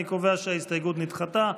אני קובע שההסתייגות נדחתה.